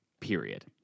period